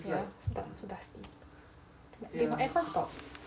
so dusty did my aircon stop